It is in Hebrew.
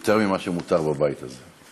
יותר ממה שמותר בבית הזה.